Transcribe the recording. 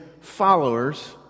followers